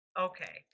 Okay